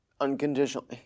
unconditionally